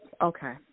Okay